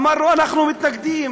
אמרנו: אנחנו מתנגדים.